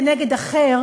אחר,